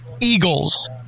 Eagles